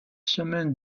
semaines